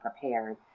prepared